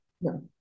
No